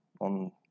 on